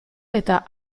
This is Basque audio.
eta